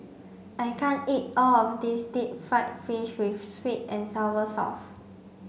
I can't eat all of this deep fried fish with sweet and sour sauce